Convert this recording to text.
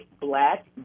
black